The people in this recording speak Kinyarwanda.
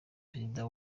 perezida